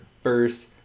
first